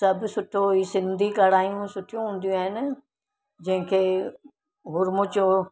सभु सुठो ई सिंधी कढ़ाइयूं सुठियूं हूंदियूं आहिनि जंहिंखे हुर्मूचो